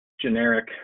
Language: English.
generic